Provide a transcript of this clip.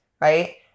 right